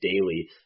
daily